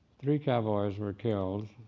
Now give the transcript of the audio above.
three cowboys were killed,